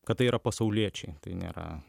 kad tai yra pasauliečiai tai nėra